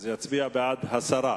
יצביע בעד הסרה.